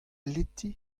leti